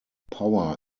power